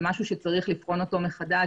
זה משהו שצריך לבחון אותו מחדש,